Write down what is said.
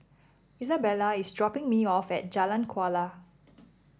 Isabella is dropping me off at Jalan Kuala